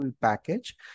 package